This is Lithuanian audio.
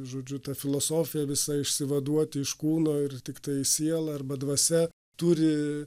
žodžiu ta filosofija visa išsivaduoti iš kūno ir tiktai siela arba dvasia turi